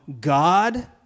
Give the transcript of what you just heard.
God